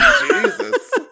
Jesus